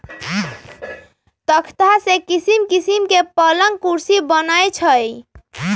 तकख्ता से किशिम किशीम के पलंग कुर्सी बनए छइ